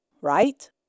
right